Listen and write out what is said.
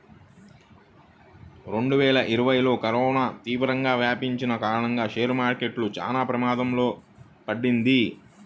రెండువేల ఇరవైలో కరోనా తీవ్రంగా వ్యాపించిన కారణంగా షేర్ మార్కెట్ చానా ప్రమాదంలో పడింది